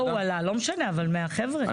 לא הוא עלה, לא משנה אבל מהחבר'ה הם עלו.